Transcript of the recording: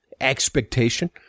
expectation